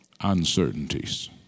uncertainties